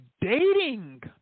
dating